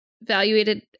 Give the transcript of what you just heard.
evaluated